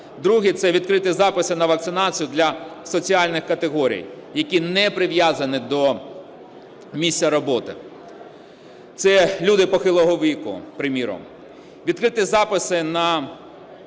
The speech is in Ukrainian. Другий – це відкриті записи на вакцинацію для соціальних категорій, які не прив'язані до місця роботи, це люди похилого віку, приміром. Відкриті записи на вакцинацію